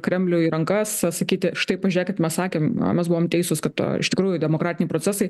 kremliui į rankas sakyti štai pažiūrėkit mes sakėm mes buvom teisūs kad iš tikrųjų demokratiniai procesai